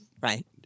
Right